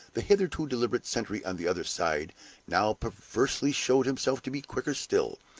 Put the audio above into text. the hitherto deliberate sentry on the other side now perversely showed himself to be quicker still.